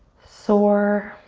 sore,